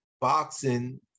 boxing